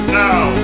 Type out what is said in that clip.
now